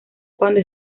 cuando